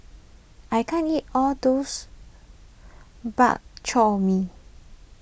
I can't eat all those Bak Chor Mee